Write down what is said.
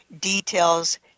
details